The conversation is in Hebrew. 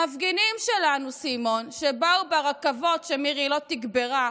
המפגינים שלנו, סימון, באו ברכבות שמירי לא תגברה,